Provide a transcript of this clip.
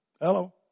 Hello